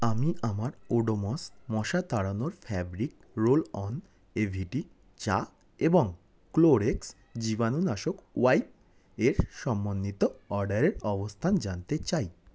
আমি আমার ওডোমস মশা তাড়ানোর ফ্যাব্রিক রোল অন এভরিডে চা এবং ক্লোরক্স জীবাণুনাশক ওয়াইপ এর সম্বন্ধিত অর্ডারের অবস্থান জানতে চাই